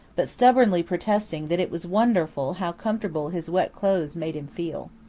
but stubbornly protesting that it was wonderful how comfortable his wet clothes made him feel.